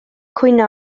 cwyno